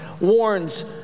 warns